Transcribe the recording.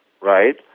Right